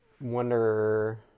wonder –